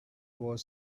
was